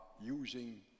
using